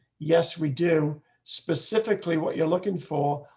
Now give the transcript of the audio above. yes, we do specifically what you're looking for.